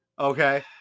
Okay